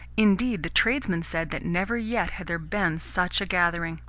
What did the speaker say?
indeed, the tradesmen said that never yet had there been such a gathering.